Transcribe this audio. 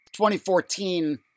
2014